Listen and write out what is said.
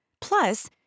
Plus